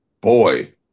boy